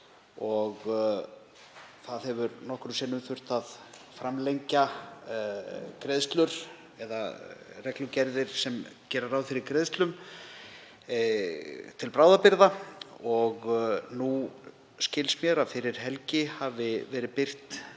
Það hefur nokkrum sinnum þurft að framlengja greiðslur eða reglugerðir sem gera ráð fyrir greiðslum til bráðabirgða og nú skilst mér að fyrir helgi hafi verið birt